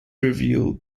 revealed